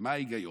מה ההיגיון?